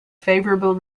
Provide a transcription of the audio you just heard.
favorable